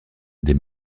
des